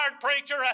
preacher